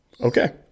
Okay